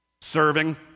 Serving